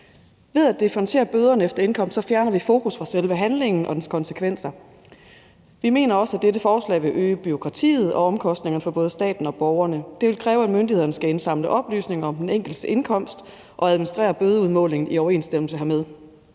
Ved at differentiere bøderne efter indkomst fjerner vi fokus fra selve handlingen og dens konsekvenser. Vi mener også, at dette forslag vil øge bureaukratiet og omkostningerne for både staten og borgerne. Det vil kræve, at myndighederne skal indsamle oplysninger om den enkeltes indkomst og administrere bødeudmålingen i overensstemmelse hermed.